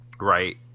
Right